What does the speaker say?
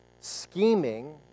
scheming